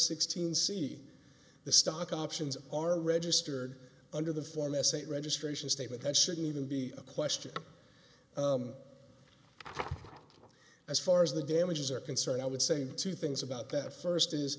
sixteen c the stock options are registered under the form s a registration statement that should even be a question as far as the damages are concerned i would say two things about that first is